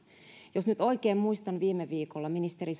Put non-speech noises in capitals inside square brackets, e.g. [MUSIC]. jos nyt oikein muistan viime viikolla ministeri [UNINTELLIGIBLE]